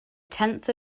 tenth